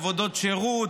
עבודות שירות,